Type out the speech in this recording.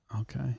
Okay